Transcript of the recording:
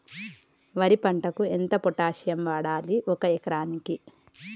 వరి పంటకు ఎంత పొటాషియం వాడాలి ఒక ఎకరానికి?